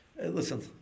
listen